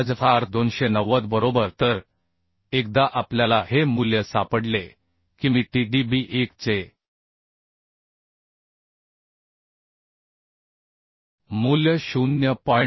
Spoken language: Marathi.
5गुणिले 10290 बरोबर तर एकदा आपल्याला हे मूल्य सापडले की मी T d B 1 चे मूल्य 0